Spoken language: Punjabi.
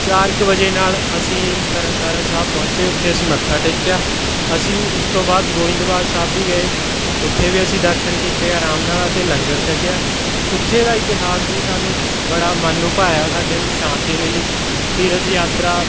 ਚਾਰ ਕੁ ਵਜੇ ਨਾਲ ਅਸੀਂ ਤਰਨਤਾਰਨ ਸਾਹਿਬ ਪਹੁੰਚੇ ਉੱਥੇ ਅਸੀਂ ਮੱਥਾ ਟੇਕਿਆ ਅਸੀਂ ਉਸ ਤੋਂ ਬਾਅਦ ਗੋਇੰਦਵਾਲ ਸਾਹਿਬ ਵੀ ਗਏ ਉੱਥੇ ਵੀ ਅਸੀਂ ਦਰਸ਼ਨ ਕੀਤੇ ਆਰਾਮ ਨਾਲ ਅਤੇ ਲੰਗਰ ਛਕਿਆ ਉੱਥੇ ਦਾ ਇਤਿਹਾਸ ਵੀ ਸਾਨੂੰ ਬੜਾ ਮਨ ਨੂੰ ਭਾਇਆ ਸਾਡੇ ਨੂੰ ਸ਼ਾਂਤੀ ਮਿਲੀ ਤੀਰਥ ਯਾਤਰਾ